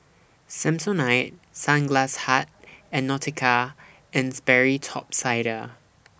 Samsonite Sunglass Hut and Nautica and Sperry Top Sider